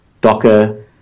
Docker